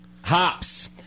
Hops